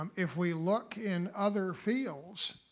um if we look in other fields,